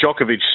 Djokovic